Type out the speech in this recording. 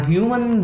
Human